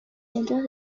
centros